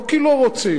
לא כי לא רוצים,